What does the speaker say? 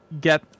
get